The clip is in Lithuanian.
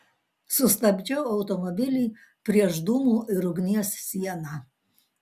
sustabdžiau automobilį prieš dūmų ir ugnies sieną